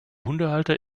hundehalter